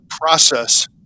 process